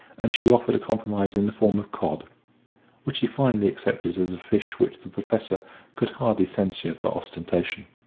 and she offered a compromise in the form of cod which he finally accepted as a fish which the professor could hardly censure for ostentation.